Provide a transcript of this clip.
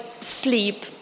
sleep